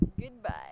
Goodbye